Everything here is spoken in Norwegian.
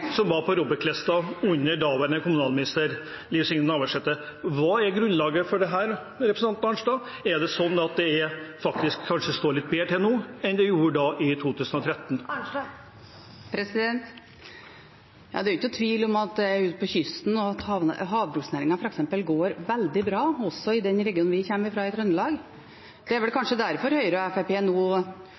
– var det ikke 17, som det vil være nå, men 46 kommuner som var på ROBEK-listen under daværende kommunalminister Liv Signe Navarsete. Hva er grunnlaget for dette? Er det slik at det faktisk kanskje står litt bedre til nå enn det gjorde i 2013? Det er ikke noen tvil om at ute på kysten går f.eks. havbruksnæringen veldig bra – også i den regionen vi kommer fra, Trøndelag. Det er vel kanskje derfor Høyre og